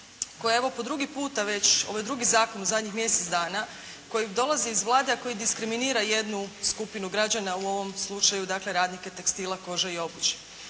koja evo po drugi puta već, ovo je drugi zakon u zadnjih mjesec dana koji dolazi iz Vlade, a koji diskriminira jednu skupinu građana, u ovom slučaju dakle radnike tekstila, kože i obuće.